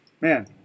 man